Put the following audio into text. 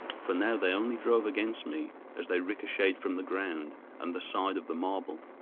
for now they only drove against me as they ricocheted from the ground and the side of the marble.